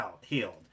healed